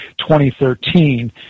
2013